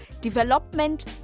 development